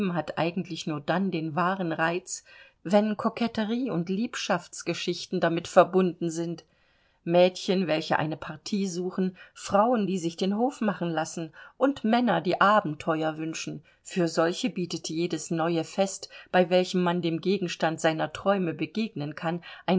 hat eigentlich nur dann den wahren reiz wenn koketterie und liebschaftsgeschichten damit verbunden sind mädchen welche eine partie suchen frauen die sich den hof machen lassen und männer die abenteuer wünschen für solche bietet jedes neue fest bei welchem man dem gegenstand seiner träume begegnen kann